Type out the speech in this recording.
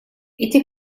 эти